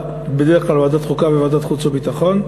בדרך כלל ועדת החוקה וועדת החוץ והביטחון,